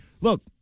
Look